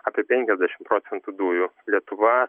apie penkiasdešimt procentų dujų lietuva